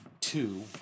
two